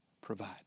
provide